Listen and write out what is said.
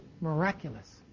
miraculous